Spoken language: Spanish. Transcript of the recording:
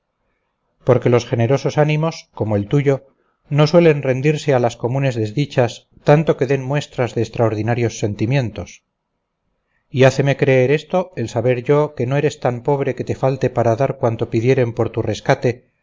porque los generosos ánimos como el tuyo no suelen rendirse a las comunes desdichas tanto que den muestras de extraordinarios sentimientos y háceme creer esto el saber yo que no eres tan pobre que te falte para dar cuanto pidieren por tu rescate